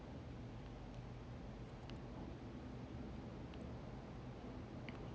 ah